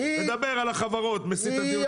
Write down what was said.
הוא מדבר על חברות, מסיט את הדיון למקום אחר.